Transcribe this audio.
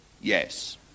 Yes